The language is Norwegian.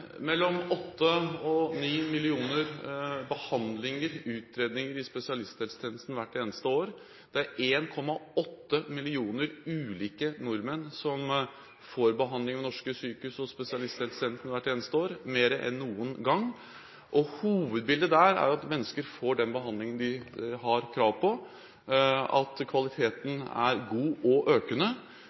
millioner ulike nordmenn som får behandling ved norske sykehus og spesialisthelsetjenesten hvert eneste år – mer enn noen gang. Hovedbildet der er at mennesker får den behandlingen de har krav på, og at kvaliteten er god og økende.